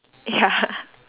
ya